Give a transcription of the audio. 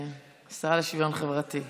השרה לשוויון חברתי.